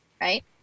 right